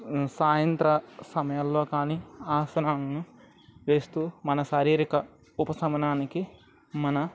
సాయంత్రపు సమయలలో కానీ ఆసనాలను వేస్తు మన శారీరిక ఉపశమనానికి మన